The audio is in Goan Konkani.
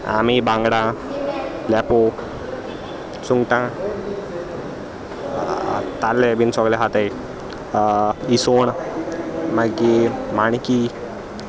आमी बांगडा लेपो सुंगटां ताल्ले बीन सोगलें खाताय इसोण मागीर माणकी